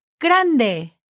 grande